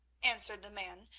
answered the man,